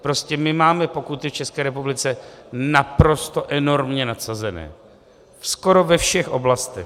Prostě my máme pokuty v České republice naprosto enormně nadsazené skoro ve všech oblastech.